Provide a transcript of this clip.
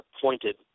pointed